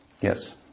Yes